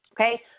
Okay